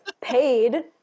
paid